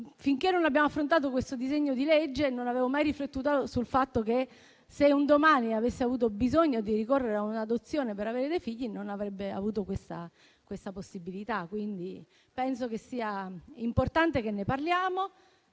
Finché non abbiamo affrontato questo disegno di legge, non avevo mai riflettuto sul fatto che, se un domani avesse bisogno di ricorrere a un'adozione per avere dei figli, non avrebbe avuto una tale possibilità senza il provvedimento in esame.